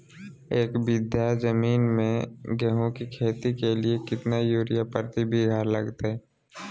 एक बिघा जमीन में गेहूं के खेती के लिए कितना यूरिया प्रति बीघा लगतय?